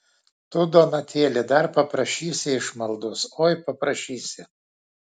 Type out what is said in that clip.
tu donatėli dar paprašysi išmaldos oi paprašysi